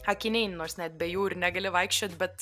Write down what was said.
akiniai nors net be jų ir negali vaikščiot bet